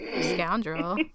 scoundrel